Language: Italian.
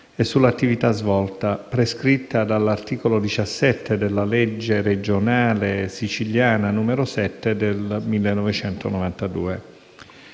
e sull'attività svolta, prescritta dall'articolo 17 della legge regionale siciliana n. 7 del 1992.